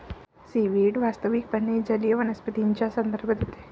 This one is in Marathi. सीव्हीड वास्तविकपणे जलीय वनस्पतींचा संदर्भ देते